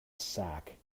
sack